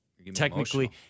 Technically